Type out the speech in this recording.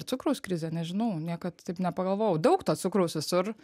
cukraus krizė nežinau niekad taip nepagalvojau daug to cukraus visur